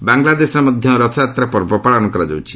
ବାଂଲାଦେଶରେ ମଧ୍ୟ ରଥଯାତ୍ରା ପର୍ବ ପାଳନ କରାଯାଉଛି